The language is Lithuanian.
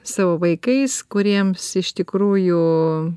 savo vaikais kuriems iš tikrųjų